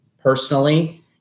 personally